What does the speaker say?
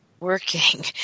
working